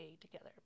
together